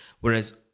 Whereas